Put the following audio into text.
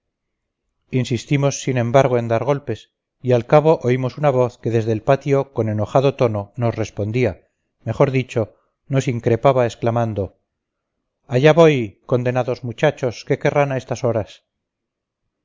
insistimos sin embargo en dar golpes y al cabo oímos una voz que desde el patio con enojado tono nos respondía mejor dicho nos increpaba exclamando allá voy condenados muchachos qué querrán a estas horas